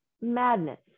Madness